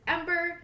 Ember